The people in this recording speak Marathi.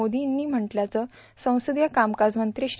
मोदींनी म्हटल्याचं संसदीय कामकाज मंत्री श्री